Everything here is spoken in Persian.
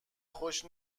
خوش